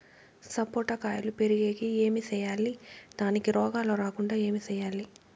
సపోట కాయలు పెరిగేకి ఏమి సేయాలి దానికి రోగాలు రాకుండా ఏమి సేయాలి?